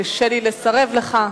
קשה לי לסרב לך.